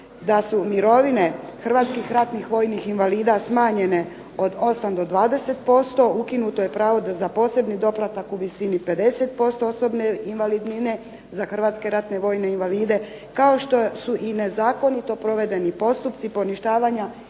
da su mirovine hrvatskih ratnih vojnih invalida smanjene od 8 do 20%, ukinuto je pravo da za posebni doplatak u visini 50% osobne invalidnine za hrvatske ratne vojne invalide, kao što su i nezakonito provedeni postupci poništavanja